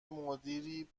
مدیری